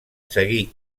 seguir